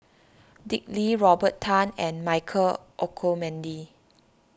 Dick Lee Robert Tan and Michael Olcomendy